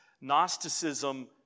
Gnosticism